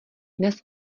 dnes